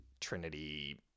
Trinity